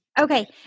Okay